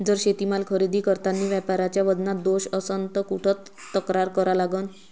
जर शेतीमाल खरेदी करतांनी व्यापाऱ्याच्या वजनात दोष असन त कुठ तक्रार करा लागन?